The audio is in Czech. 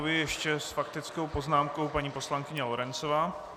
Ještě s faktickou poznámkou paní poslankyně Lorencová.